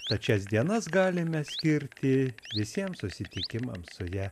tad šias dienas galime skirti visiems susitikimams su ja